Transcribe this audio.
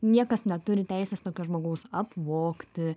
niekas neturi teisės tokio žmogaus apvogti